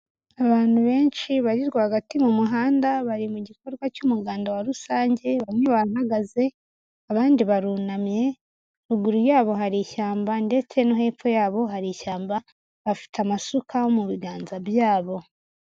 Abantu benshi bari rwagati mu muhanda, bari mu gikorwa cy'umuganda wa rusange bamwe bampagaze abandi barunamye, ruguru yabo hari ishyamba ndetse no hepfo yabo hari ishyamba, bafite amasuka mu biganza byabo.